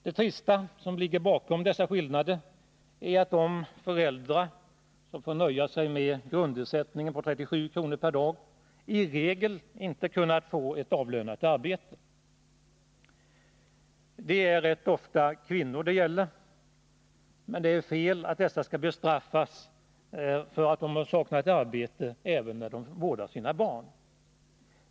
Det trista när det gäller dessa skillnader är att de föräldrar som får nöja sig med en grundersättning på 37 kr. per dag i regel inte har kunnat få ett avlönat arbete. Rätt ofta gäller detta kvinnor. Men det är fel att dessa skall bestraffas 39 för att de saknar arbete även när de vårdar sina barn.